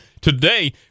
today